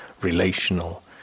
relational